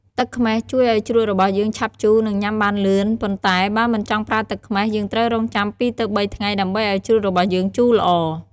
ទឹកខ្មេះជួយឱ្យជ្រក់របស់យើងឆាប់ជូរ និងញុំាបានលឿន ប៉ុន្តែ បើមិនចង់ប្រើទឹកខ្មេះ យើងត្រូវរង់ចាំ ២ទៅ៣ ថ្ងៃដើម្បីឱ្យជ្រក់របស់យើងជូរល្អ។